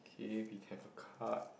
A became a card